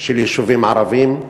של יישובים ערביים.